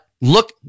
look